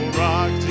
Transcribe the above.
rock